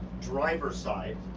driver's side,